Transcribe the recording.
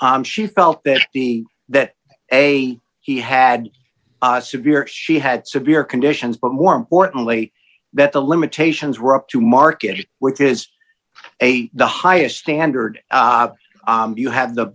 she felt that the that a he had severe she had severe conditions but more importantly that the limitations were up to market which is a the highest standard you have the